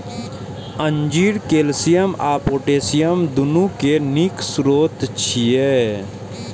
अंजीर कैल्शियम आ पोटेशियम, दुनू के नीक स्रोत छियै